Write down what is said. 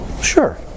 Sure